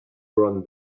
brown